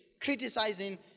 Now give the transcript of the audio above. criticizing